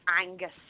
Angus